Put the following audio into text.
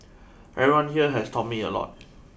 everyone here has taught me a lot